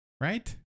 Right